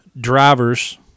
drivers